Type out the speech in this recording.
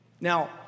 Now